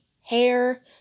hair